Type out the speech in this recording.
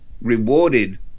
rewarded